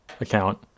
account